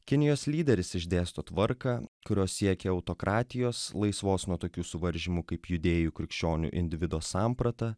kinijos lyderis išdėsto tvarką kurios siekia autokratijos laisvos nuo tokių suvaržymų kaip judėjų krikščionių individo samprata